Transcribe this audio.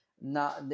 Now